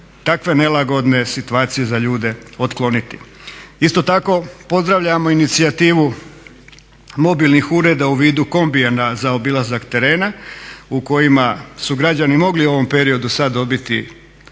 takve nelagodne situacije za ljude otkloniti. Isto tako pozdravljamo inicijativu mobilnih ureda u vidu kombija za obilazak terena u kojima su građani mogli u ovom periodu sad dobiti